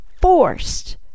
forced